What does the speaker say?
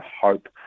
hope